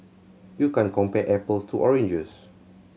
you can't compare apples to oranges